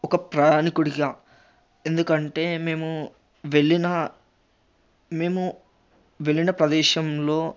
ఒక ప్రయాణికుడిగా ఎందుకంటే మేము వెళ్ళిన మేము వెళ్ళిన ప్రదేశంలో